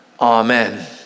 Amen